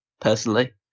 personally